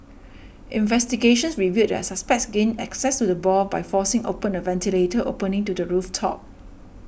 investigations revealed that the suspects gained access to the stall by forcing open a ventilator opening to the roof top